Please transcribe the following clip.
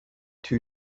two